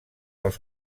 els